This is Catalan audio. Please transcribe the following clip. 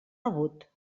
rebut